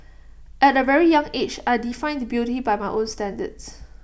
at A very young age I defined beauty by my own standards